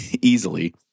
easily